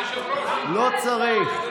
היושב-ראש, לא צריך.